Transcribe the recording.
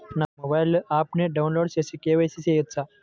నా మొబైల్లో ఆప్ను డౌన్లోడ్ చేసి కే.వై.సి చేయచ్చా?